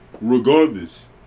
Regardless